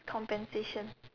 compensation